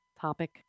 topic